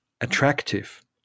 attractive